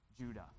Judah